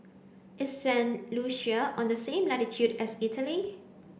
is Saint Lucia on the same latitude as Italy